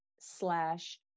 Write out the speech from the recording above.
slash